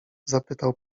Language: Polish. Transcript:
zapytał